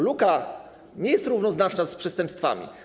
Luka nie jest jednoznaczna z przestępstwami.